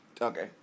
Okay